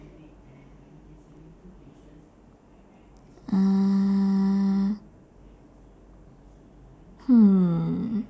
uh hmm